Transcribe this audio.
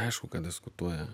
aišku kad diskutuoja